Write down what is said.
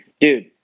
Dude